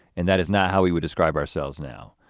and that is not how we would describe ourselves now.